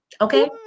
okay